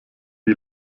die